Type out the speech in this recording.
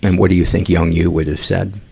and what do you think young you would've said?